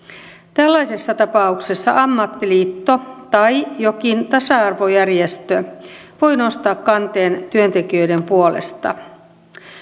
tällaisessa tapauksessa ammattiliitto tai jokin tasa arvojärjestö voi nostaa kanteen työntekijöiden puolesta